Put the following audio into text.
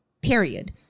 period